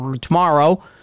tomorrow